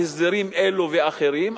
בהסדרים אלה ואחרים,